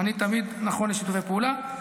אני תמיד נכון לשיתופי פעולה.